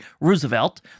Roosevelt